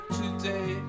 today